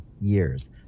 years